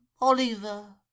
Oliver